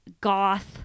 goth